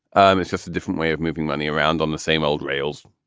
um it's just a different way of moving money around on the same old rails.